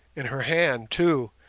in her hand, too,